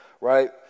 right